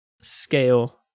scale